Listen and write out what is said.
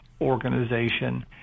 organization